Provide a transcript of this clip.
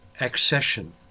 accession